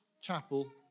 chapel